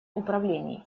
управлений